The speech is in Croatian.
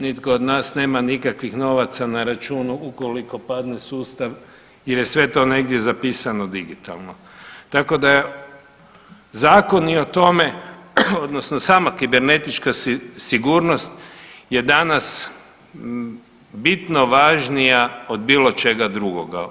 Nitko od nas nema nikakvih novaca na računu ukoliko padne sustav jer je sve to negdje zapisano digitalno, tako da zakon i o tome, odnosno sama kibernetička sigurnost je danas bitno važnija od bilo čega drugoga.